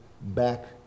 back